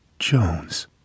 Jones